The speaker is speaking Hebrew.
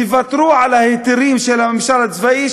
תוותרו על ההיתרים של הממשל הצבאי,